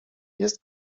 jest